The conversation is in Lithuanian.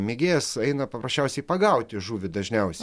mėgėjas eina paprasčiausiai pagauti žuvį dažniausiai